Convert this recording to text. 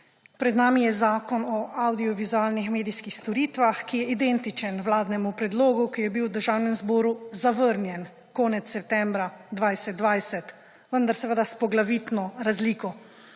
Pred nami je zakon o avdiovizualnih medijskih storitvah, ki je identičen vladnemu predlogu, ki je bil v Državnem zboru zavrnjen konec septembra 2020. Vendar seveda s poglavitno razliko,